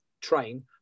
train